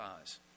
eyes